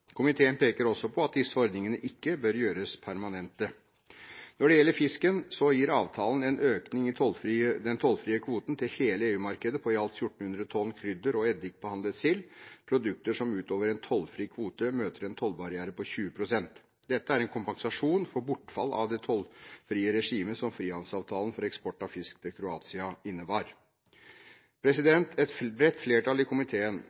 Komiteen peker også på at disse ordningene ikke bør gjøres permanente. Når det gjelder fisken, gir avtalen en økning i den tollfrie kvoten til hele EU-markedet på i alt 1 400 tonn krydder- og eddikbehandlet sild – produkter som utover den tollfrie kvoten, møter en tollbarriere på 20 pst. Dette er en kompensasjon for bortfall av det tollfrie regimet som frihandelsavtalen for eksport av fisk til Kroatia innebar. Et bredt flertall i komiteen